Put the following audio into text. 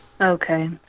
Okay